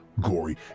gory